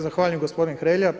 Zahvaljujem gospodine Hrelja.